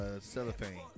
Cellophane